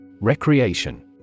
Recreation